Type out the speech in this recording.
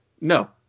no